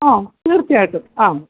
ആ തീർച്ചയായിട്ടും ആ